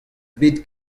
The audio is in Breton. bet